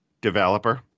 developer